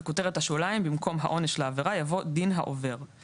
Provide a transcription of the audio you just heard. במקום "העונש לעבירה" יבוא "דין העובר";